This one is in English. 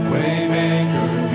Waymaker